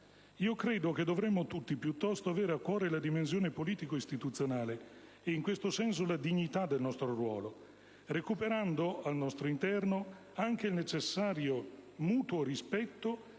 Credo che dovremmo tutti, piuttosto, avere a cuore la dimensione politico-istituzionale e, in questo senso, la dignità del nostro ruolo, recuperando al nostro interno anche il necessario mutuo rispetto,